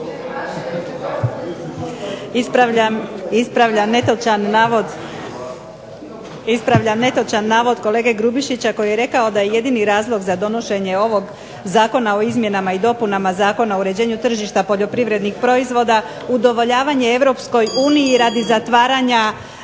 Ispravljam netočan navod kolege Grubišića koji je rekao da je jedini razlog za donošenje ovog Zakona o izmjenama i dopunama Zakona o uređenju tržišta poljoprivrednih proizvoda udovoljavanje Europskoj uniji radi zatvaranja